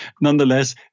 nonetheless